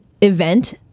event